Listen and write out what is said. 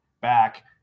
back